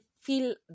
feel